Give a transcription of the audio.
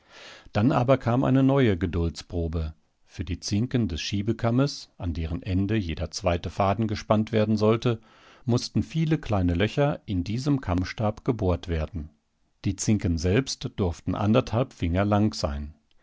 dann aber kam eine neue geduldsprobe für die zinken des schiebekammes an deren enden jeder zweite faden gespannt werden sollte mußten viele kleine löcher in diesem kammstab gebohrt werden die zinken selbst durften anderthalb finger lang sein